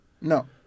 No